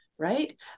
Right